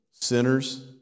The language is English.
sinners